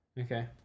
Okay